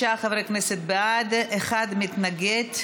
46 חברי כנסת בעד, אחד מתנגד.